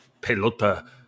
pelota